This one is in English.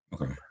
Okay